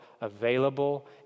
available